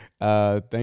Thank